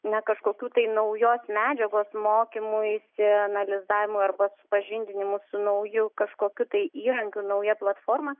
na kažkokių tai naujos medžiagos mokymuisi analizavimui arba supažindinimui su nauju kažkokiu tai įrankiu nauja platforma